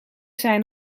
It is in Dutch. zijn